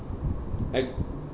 I